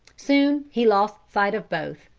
soon he lost sight of both.